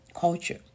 culture